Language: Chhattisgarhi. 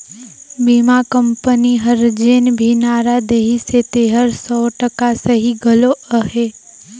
बीमा कंपनी हर जेन भी नारा देहिसे तेहर सौ टका सही घलो अहे